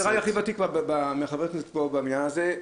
נראה לי שאני הכי ותיק מחברי הכנסת בבניין הזה.